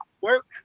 work